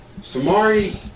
Samari